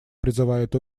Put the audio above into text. призывает